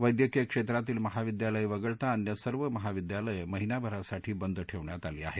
वैद्यकीय क्षेत्रातील महाविद्यालय वगळता अन्य सर्व महाविद्यालयं महिन्याभरासाठी बंद ठेवण्यात आली आहेत